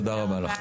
תודה רבה לכם.